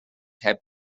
heb